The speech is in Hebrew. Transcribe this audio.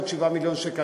עוד 7 מיליון שקל.